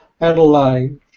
Adelaide